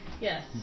Yes